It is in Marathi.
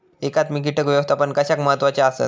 एकात्मिक कीटक व्यवस्थापन कशाक महत्वाचे आसत?